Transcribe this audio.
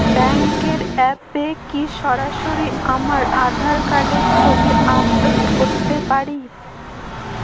ব্যাংকের অ্যাপ এ কি সরাসরি আমার আঁধার কার্ডের ছবি আপলোড করতে পারি?